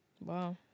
Wow